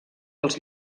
pels